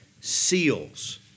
seals